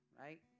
right